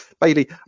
Bailey